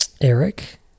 Eric